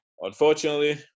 unfortunately